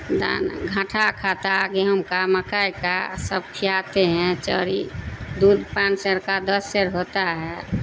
دانا گھاٹا کھاتا گیہوں کا مکئی کا سب کھلاتے ہیں چوری دودھ پانچ سیر کا دس سیر ہوتا ہے